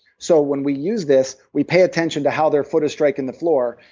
so when we use this, we pay attention to how their foot is striking the floor.